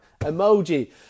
emoji